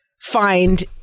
find